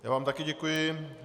Já vám také děkuji.